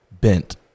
bent